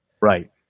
right